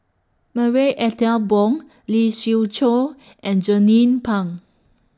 Marie Ethel Bong Lee Siew Choh and Jernnine Pang